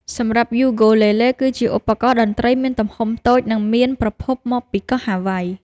សម្រាប់យូគូលេលេ គឺជាឧបករណ៍តន្ត្រីមានទំហំតូច និងមានប្រភពមកពីកោះហាវ៉ៃ។